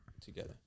together